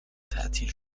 تعطیل